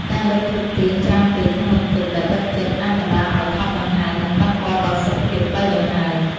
ការដុតធូបទៀនច្រើនពេកក្នុងបន្ទប់ដែលបិទជិតអាចបណ្តាលឱ្យថប់ដង្ហើម និងប៉ះពាល់ដល់សុខភាពផ្លូវដង្ហើម។